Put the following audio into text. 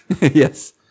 yes